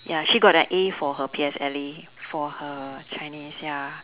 ya she got a A for her P_S_L_E for her chinese ya